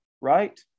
right